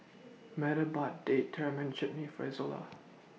Meta bought Date Tamarind Chutney For Izola